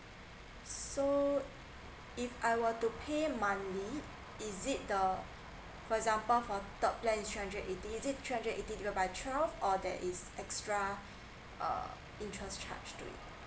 so if I were to pay monthly is it the for example for top plan is three hundred eighty is it three hundred eighty divide by twelve or there is uh extra interest charge